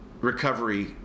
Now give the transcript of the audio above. Recovery